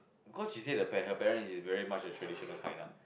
cause she said the her parent is very much of traditional kind lah